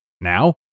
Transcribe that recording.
Now